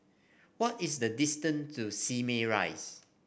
what is the distance to Simei Rise